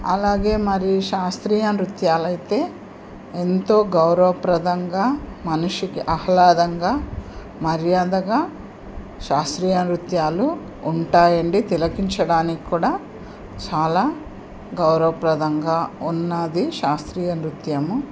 అలాగే మరి శాస్త్రీయ నృత్యాలు అయితే ఎంతో గౌరవప్రదంగా మనిషికి అహ్లాదంగా మర్యాదగా శాస్త్రీయ నృత్యాలు ఉంటాయి అండి తిలకించడానికి కూడా చాలా గౌరవప్రదంగా ఉంది శాస్త్రీయ నృత్యము